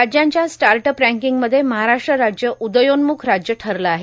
राज्यांच्या स्टाटअप रँकांगमध्ये महाराष्ट्र राज्य उदयोन्मुख राज्य ठरलं आहे